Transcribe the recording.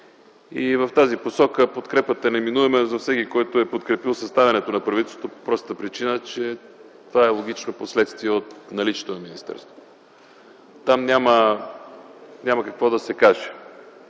В тази посока подкрепата неминуемо е за всеки, който е подкрепил съставянето на правителството, по простата причина, че това е логично последствие от наличието на министерството. Там няма какво да се каже,